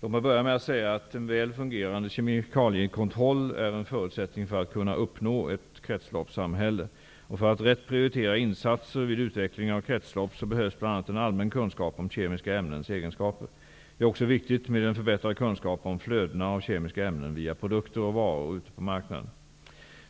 Låt mig börja med att säga att en väl fungerande kemikaliekontroll är en förutsättning för att kunna uppnå ett kretsloppssamhälle. För att rätt prioritera insatser vid utveckling av kretslopp behövs bl.a. en allmän kunskap om kemiska ämnens egenskaper. Det är också viktigt med en förbättrad kunskap om flödena av kemiska ämnen via produkter och varor ute på marknaden.